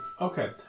Okay